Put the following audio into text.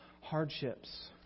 hardships